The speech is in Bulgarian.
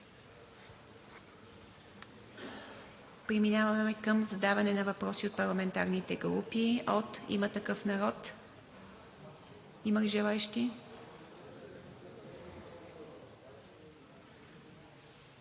Преминаваме към задаване на въпроси от парламентарните групи. От „Има такъв народ“ има ли желаещи?